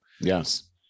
Yes